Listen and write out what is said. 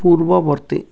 ପୂର୍ବବର୍ତ୍ତୀ